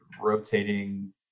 rotating